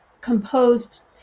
composed